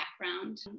background